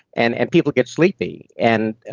and and people get sleepy, and